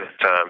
time